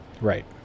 right